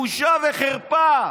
בושה וחרפה,